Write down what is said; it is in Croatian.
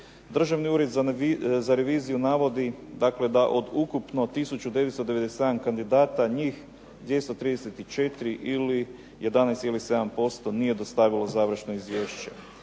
Državni ured za reviziju navodi da od ukupno 1997 kandidata njih 234 ili 11,7% nije dostavilo završno izvješće,